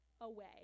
away